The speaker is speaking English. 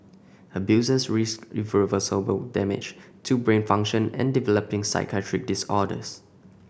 abusers risked irreversible damage to brain function and developing psychiatric disorders